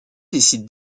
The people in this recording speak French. décide